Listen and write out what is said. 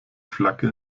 flagge